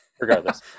regardless